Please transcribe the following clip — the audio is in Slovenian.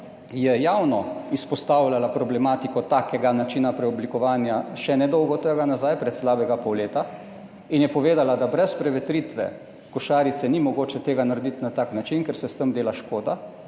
je javno izpostavljala problematiko takega načina preoblikovanja še nedolgo tega nazaj, pred slabega pol leta. In je povedala, da brez prevetritve košarice ni mogoče tega narediti na tak način, ker se s tem dela škoda.